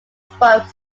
spoke